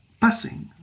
passing